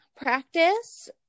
practice